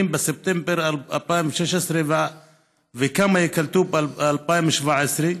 בספטמבר 2016 וכמה ייקלטו בספטמבר 2017?